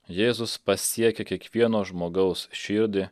jėzus pasiekia kiekvieno žmogaus širdį